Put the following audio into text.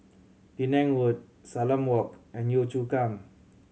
Penang Road Salam Walk and Yio Chu Kang